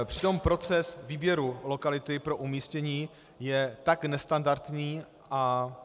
Přitom proces výběru lokality pro umístění je tak nestandardní a